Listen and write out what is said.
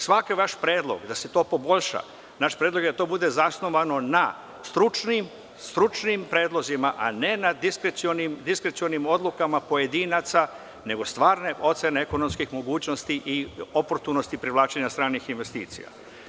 Svaki vaš predlog da se to poboljša, naš predlog je da to bude zasnovano na stručnim predlozima, a ne na diskrecionim odlukama pojedinaca, nego stvarne ocene ekonomskih mogućnosti i oportunosti privlačenja stranih investicija.